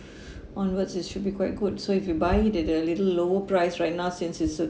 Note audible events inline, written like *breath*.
*breath* onwards it's should be quite good so if you buy they they're a little lower price right now since it should